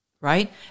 Right